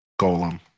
Golem